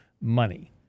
money